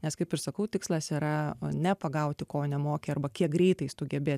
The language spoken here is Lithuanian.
nes kaip ir sakau tikslas yra ne pagauti ko nemoki arba kiek greitai tu gebi